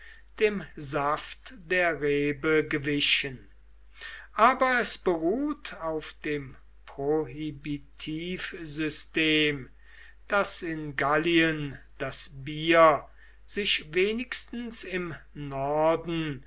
dem saft der rebe gewichen aber es beruht auf dem prohibitivsystem daß in gallien das bier sich wenigstens im norden